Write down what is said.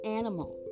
animal